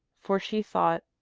for she thought,